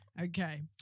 Okay